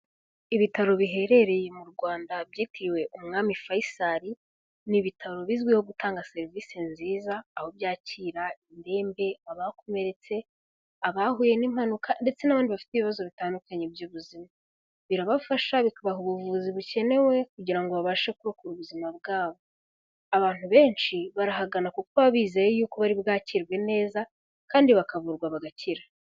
Ibitaro biherereye mu Rwanda byitiriwe Umwami Faisal, ni ibitaro bizwiho gutanga serivise nziza, aho byakira indembe, abakomeretse, abahuye n'impanuka, ndetse n'abandi bafite ibibazo bitandukanye by'ubuzima. Birabafasha bikabaha ubuvuzi bukenewe kugira ngo babashe kurokora ubuzima bwabo. Abantu benshi barahagana kuko baba bizeye yuko bari bwakirwe neza, kandi bakavurwa bagakira.